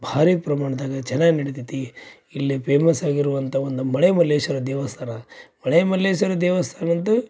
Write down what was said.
ಭಾರೀ ಪ್ರಮಾಣದಾಗ ಚೆನ್ನಾಗಿ ನಡಿತೈತಿ ಇಲ್ಲಿ ಪೇಮಸ್ ಆಗಿರುವಂಥ ಒಂದು ಮಳೆ ಮಲ್ಲೇಶ್ವರ ದೇವಸ್ಥಾನ ಮಳೆ ಮಲ್ಲೇಶ್ವರ ದೇವಸ್ಥಾನವಂತೂ